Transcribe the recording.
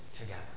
together